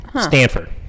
Stanford